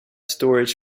storage